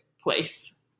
place